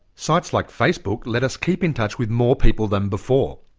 sites like facebook let us keep in touch with more people than before.